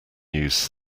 news